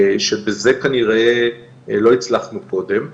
שבזה כנראה לא הצלחנו קודם.